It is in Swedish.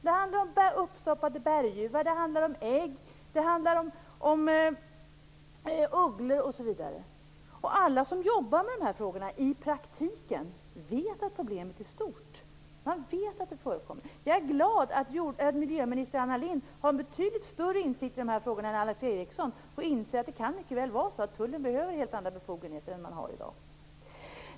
Det handlar om uppstoppade berguvar, det handlar om ägg, det handlar om ugglor. Alla som jobbar med de här frågorna i praktiken vet att problemet är stort. Man vet att detta förekommer. Jag är glad över att miljöminister Anna Lindh har betydligt större insikt i de här frågorna än vad Alf Eriksson har. Hon inser att det mycket väl kan vara så att tullen behöver helt andra befogenheter än vad man har i dag.